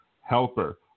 helper